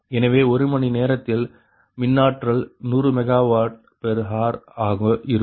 எனவே ஒரு மணி நேரத்தில் மின்னாற்றல் 100 MWh ஆக இருக்கும்